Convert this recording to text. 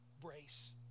Brace